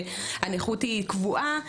שהנכות היא קבועה,